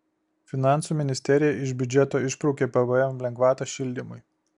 finansų ministerija iš biudžeto išbraukė pvm lengvatą šildymui